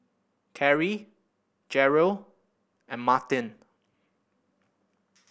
Karie Jerrel and Martin